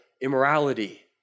immorality